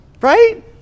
Right